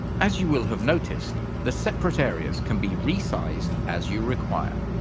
as you will have noticed the separate areas can be resized as you require.